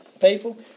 people